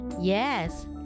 yes